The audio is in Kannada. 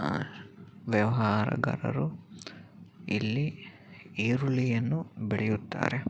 ವ್ಯವಹಾರಗಾರರು ಇಲ್ಲಿ ಈರುಳ್ಳಿಯನ್ನು ಬೆಳಿಯುತ್ತಾರೆ